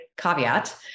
caveat